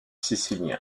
sicilien